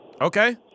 Okay